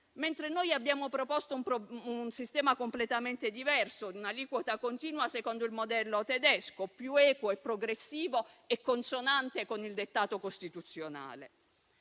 mentre noi abbiamo proposto un sistema completamente diverso, con un'aliquota continua, secondo il modello tedesco, più equo, progressivo e consonante con il dettato costituzionale.